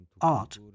art